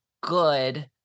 good